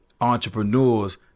entrepreneurs